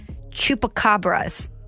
Chupacabras